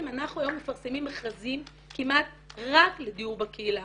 אנחנו היום מפרסמים מכרזים כמעט רק לדיור בקהילה.